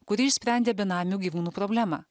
kuri išsprendė benamių gyvūnų problemą